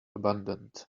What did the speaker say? abandoned